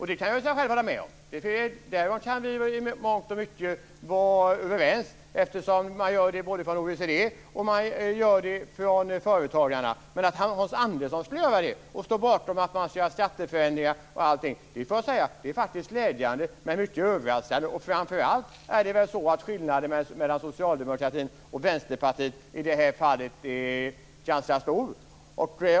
Här kan vi i mångt och mycket vara överens eftersom både OECD och företagarna gör det. Men att Hans Andersson skulle göra det och stå bakom att man ska göra skatteförändringar och annat är faktiskt glädjande men mycket överraskande. Framför allt är väl skillnaden mellan Socialdemokraterna och Vänsterpartiet i det här fallet ganska stor.